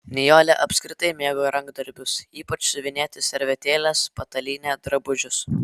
nijolė apskritai mėgo rankdarbius ypač siuvinėti servetėles patalynę drabužius